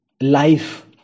life